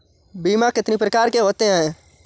बीमा कितनी प्रकार के होते हैं?